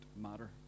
matter